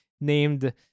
named